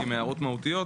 כי הן הערות מהותיות.